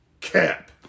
Cap